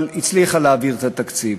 אבל הצליחה להעביר את התקציב.